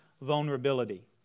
Vulnerability